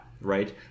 right